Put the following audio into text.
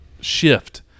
shift